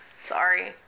sorry